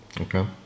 Okay